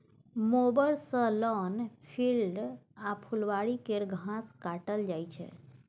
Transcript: mower सँ lawn, field आ फुलबारी केर घास काटल जाइ छै